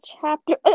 chapter